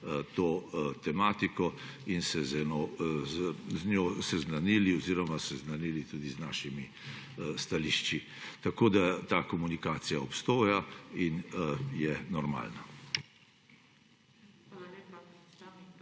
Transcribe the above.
to tematiko in se z njo seznanili oziroma seznanili tudi z našimi stališči. Ta komunikacija obstaja in je normalna.